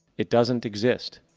it doesn't exist.